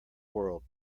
world